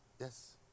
yes